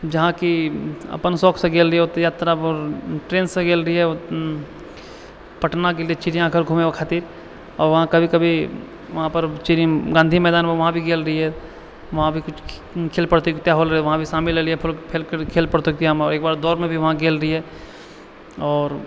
जहाँकि अपन सौखसँ गेल रहिए यात्रापर ट्रेनसँ गेल रहिए पटना गेल रहिए चिड़ियाघर घूमै खातिर वहाँ कभी कभी वहाँपर गाँधी मैदानपर वहाँ भी गेल रहिए वहाँपर किछु खेल प्रतियोगता होल रहै वहाँ भी शामिल होलिए खेल प्रतियोगितामे एक बार दौड़मे भी वहाँ गेल रहिए आओर